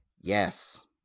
Yes